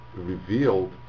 revealed